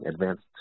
advanced